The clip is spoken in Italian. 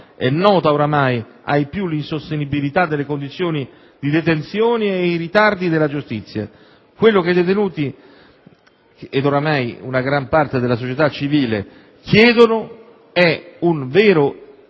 È nota ormai ai più l'insostenibilità delle condizioni di detenzione e i ritardi della giustizia. Quello che i detenuti - ed ormai una gran parte della società civile -chiedono è un vero e